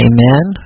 Amen